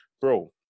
Bro